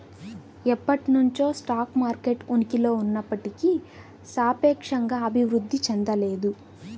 ఎప్పటినుంచో stock market ఉనికిలో ఉన్నప్పటికీ సాపేక్షంగా అభివృద్ధి చెందలేదు